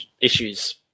issues